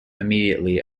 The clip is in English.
immediately